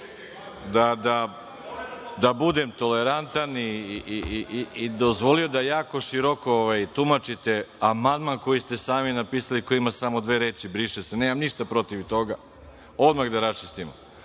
da budem tolerantan i dozvolio da jako široko tumačite amandman koji ste sami napisali, koji ima samo dve reči „briše se“.Nemam ništa protiv toga, odmah da raščistimo,